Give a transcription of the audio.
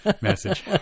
message